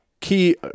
key